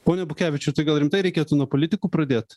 pone abukevičiau tai gal rimtai reikėtų nuo politikų pradėt